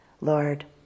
Lord